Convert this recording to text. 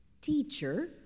Teacher